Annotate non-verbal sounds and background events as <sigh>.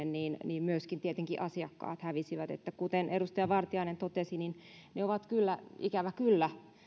<unintelligible> niin niin myöskin tietenkin asiakkaat hävisivät kuten edustaja vartiainen totesi ne ovat kyllä ikävä kyllä